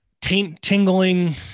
tingling